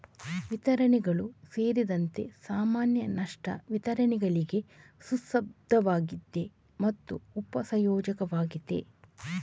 ವಿತರಣೆಗಳು ಸೇರಿದಂತೆ ಸಾಮಾನ್ಯ ನಷ್ಟ ವಿತರಣೆಗಳಿಗೆ ಸುಸಂಬದ್ಧವಾಗಿದೆ ಮತ್ತು ಉಪ ಸಂಯೋಜಕವಾಗಿದೆ